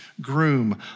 Groom